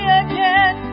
again